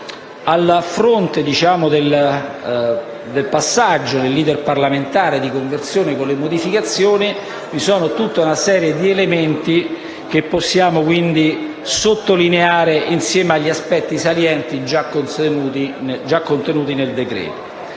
A fronte dell'*iter* parlamentare di conversione con le modificazioni, vi sono tutta una serie di elementi che possiamo sottolineare, insieme agli aspetti salienti già contenuti nel decreto.